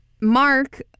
Mark